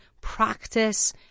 practice